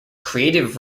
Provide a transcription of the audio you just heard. creative